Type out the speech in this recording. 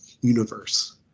universe